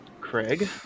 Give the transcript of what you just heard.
craig